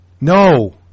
No